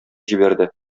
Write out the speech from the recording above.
җибәрде